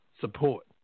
support